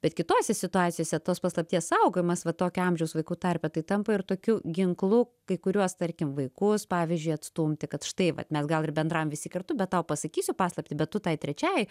bet kitose situacijose tos paslapties saugojimas va tokio amžiaus vaikų tarpe tai tampa ir tokiu ginklu kai kuriuos tarkim vaikus pavyzdžiui atstumti kad štai vat mes gal ir bendram visi kartu bet tau pasakysiu paslaptį bet tu tai trečiai